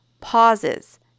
pauses